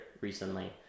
recently